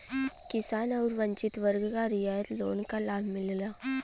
किसान आउर वंचित वर्ग क रियायत लोन क लाभ मिलला